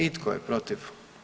I tko je protiv?